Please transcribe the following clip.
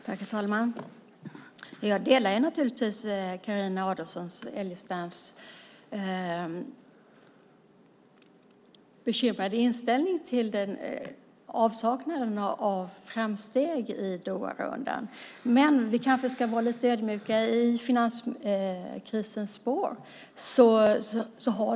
Herr talman! Jag delar naturligtvis Carina Adolfsson Elgestams bekymrade inställning till avsaknaden av framsteg i Doharundan. Men vi kanske ska vara lite ödmjuka i finanskrisens spår.